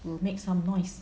will make some noise